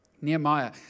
Nehemiah